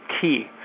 key